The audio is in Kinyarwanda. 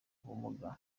ubumuga